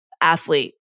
athlete